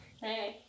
Hey